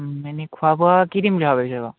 এনেই খোৱা বোৱা কি দিম বুলি ভাবিছে বাৰু